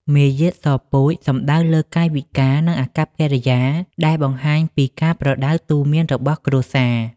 «មារយាទសពូជ» សំដៅលើកាយវិការ និងអាកប្បកិរិយា ដែលបង្ហាញពីការប្រដៅទូន្មានរបស់គ្រួសារ។